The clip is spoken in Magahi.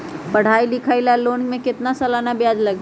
पढाई लिखाई ला लोन के कितना सालाना ब्याज लगी?